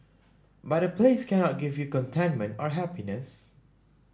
but a place cannot give you contentment or happiness